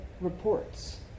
reports